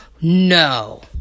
No